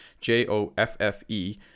J-O-F-F-E